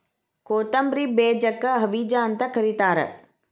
ಕೊತ್ತಂಬ್ರಿ ಬೇಜಕ್ಕ ಹವಿಜಾ ಅಂತ ಕರಿತಾರ